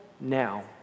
now